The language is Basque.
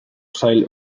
sail